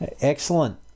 excellent